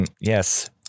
yes